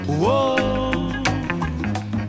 whoa